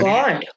God